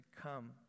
come